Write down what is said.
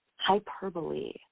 Hyperbole